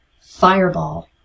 Fireball